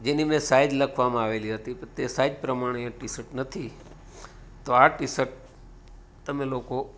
જેની મેં સાઈજ લખવામાં આવેલી હતી પણ તે સાઈજ પ્રમાણે એ ટીસટ નથી તો આ ટીસટ તમે લોકો